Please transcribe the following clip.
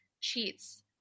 cheats